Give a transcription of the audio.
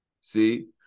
See